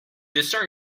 discern